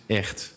echt